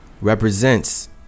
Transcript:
represents